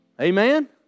amen